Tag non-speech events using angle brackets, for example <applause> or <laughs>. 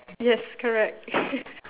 yes correct <laughs>